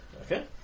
Okay